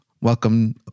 welcome